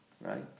right